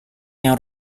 yang